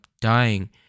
dying